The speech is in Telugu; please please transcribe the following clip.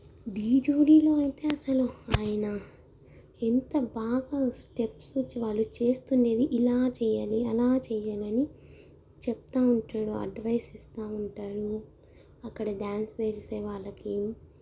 ఢీ జోడీలో అయితే అసలు ఆయన ఎంత బాగా స్టెప్స్ చ వాళ్ళు చేస్తు ఉండేది ఇలా చేయాలి అలా చేయాలని చెప్తు ఉంటాడు అడ్వైజ్ ఇస్తు ఉంటాడు అక్కడ డ్యాన్స్ వేసేవాళ్ళకి